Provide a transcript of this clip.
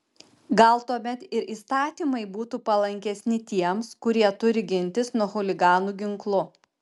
gal tuomet ir įstatymai būtų palankesni tiems kurie turi gintis nuo chuliganų ginklu